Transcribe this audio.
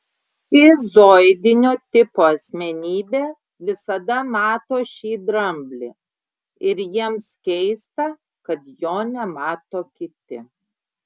šizoidinio tipo asmenybė visada mato šį dramblį ir jiems keista kad jo nemato kiti